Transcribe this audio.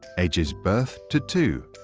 ages birth to two.